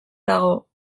dago